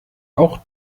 auch